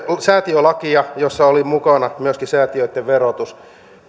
säätiölakia jossa oli mukana myöskin säätiöitten verotus